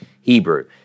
Hebrew